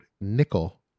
nickel